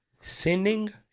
Sending